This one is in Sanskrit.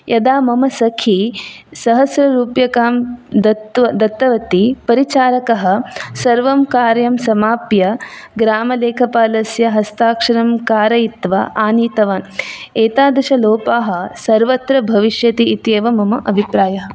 यदा मम सखी सहस्ररूप्यकां दत्व दत्तवती परिचालकः सर्वं कार्यं समाप्य ग्रामलेखपालस्य हस्ताक्षरं कारयित्वा आनीतवान् एतादृशलोपाः सर्वत्र भविष्यति इत्येव मम अभिप्रायः